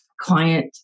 client